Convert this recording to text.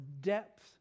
depth